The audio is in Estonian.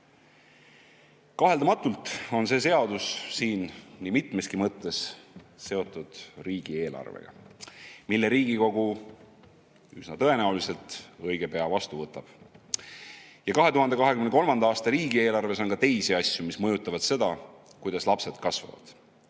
Kaheldamatult on see seadus nii mitmeski mõttes seotud riigieelarvega, mille Riigikogu üsna tõenäoliselt õige pea vastu võtab. 2023. aasta riigieelarves on ka teisi asju, mis mõjutavad seda, kuidas lapsed kasvavad.